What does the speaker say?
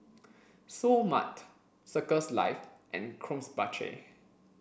Seoul Mart Circles Life and Krombacher